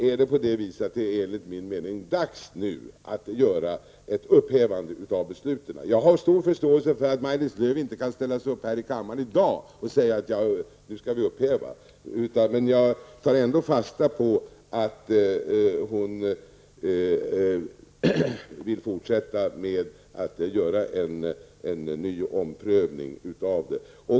är det enligt min mening dags nu att upphäva besluten. Jag har stor förståelse för att Maj-Lis Lööw inte i dag kan ställa sig upp här i kammaren och säga att vi skall upphäva beslutet. Jag tar ändå fasta på att hon vill fortsätta med en ny omprövning av beslutet.